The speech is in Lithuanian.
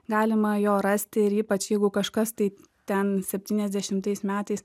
galima jo rasti ir ypač jeigu kažkas tai ten septyniasdešimtais metais